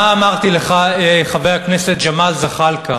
מה אמרתי לך, חבר הכנסת ג'מאל זחאלקה?